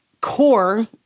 core